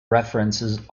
references